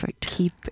keep